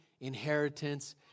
inheritance